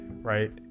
right